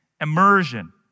immersion